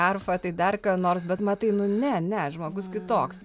arfą tai dar ką nors bet matai nu ne ne žmogus kitoks